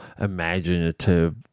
imaginative